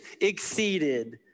exceeded